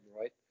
right